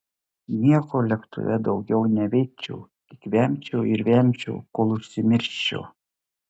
nieko lėktuve daugiau neveikčiau tik vemčiau ir vemčiau kol užsimirščiau